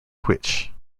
which